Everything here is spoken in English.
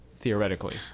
theoretically